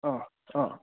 অঁ অঁ